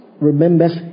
remembers